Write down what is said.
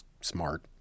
smart